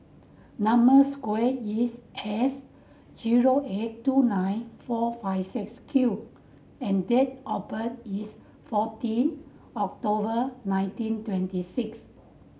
number square is S zero eight two nine four five six Q and date of birth is fourteen October nineteen twenty six